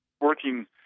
working